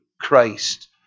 Christ